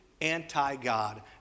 anti-God